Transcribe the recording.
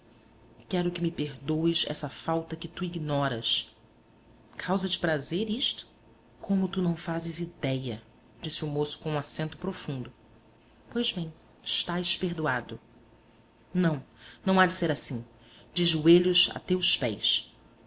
quero que me perdoes essa falta que tu ignoras causa te prazer isto como tu não fazes idéia disse o moço com um acento profundo pois bem estás perdoado não não há de ser assim de joelhos a teus pés